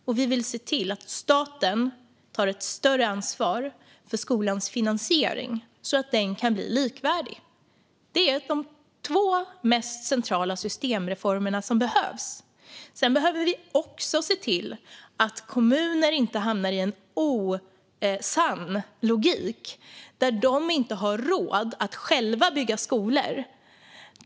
Vi vill också se till att staten tar ett större ansvar för skolans finansiering så att den kan bli likvärdig. Det är de två mest centrala systemreformerna som behövs. Sedan behöver vi också se till att kommuner inte hamnar i en osann logik där de inte har råd att själva bygga skolor.